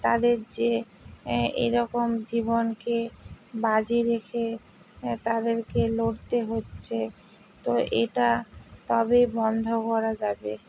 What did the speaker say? তাদের যে এরকম জীবনকে বাজি রেখে তাদেরকে লড়তে হচ্ছে তো এটা তবে বন্ধ করা যাবে